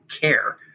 care